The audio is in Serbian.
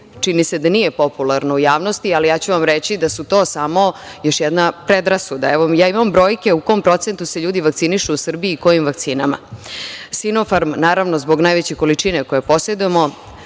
Čini mi se da nije popularno u javnosti, ali ja ću vam reći da je to samo još jedna predrasuda. Ja imam brojke u kom procentu se ljudi vakcinišu u Srbiji i kojim vakcinama. „Sinofarm“, naravno, zbog najveće količine koju posedujemo,